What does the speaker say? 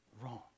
wrong